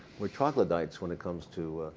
we're troglodytes when it comes to